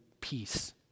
peace